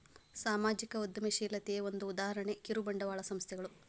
ಸಾಮಾಜಿಕ ಉದ್ಯಮಶೇಲತೆಯ ಒಂದ ಉದಾಹರಣೆ ಕಿರುಬಂಡವಾಳ ಸಂಸ್ಥೆಗಳು